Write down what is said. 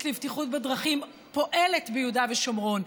לבטיחות בדרכים פועלת ביהודה ושומרון,